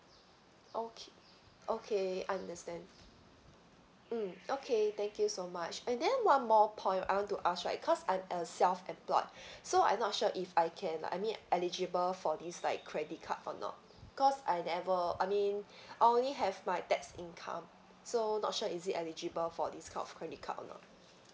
okay okay understand mm okay thank you so much and then one more point I want to ask right cause I uh self-employed so I'm not sure if I can like I mean eligible for this like credit card or not cause I never I mean I only have my tax income so not sure is it eligible for this kind of credit card or not